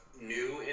new